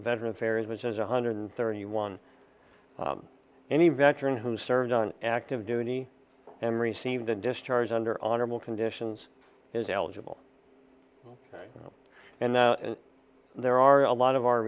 veteran affairs which is one hundred thirty one any veteran who served on active duty and received a discharge under honorable conditions is eligible and there are a lot of